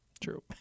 True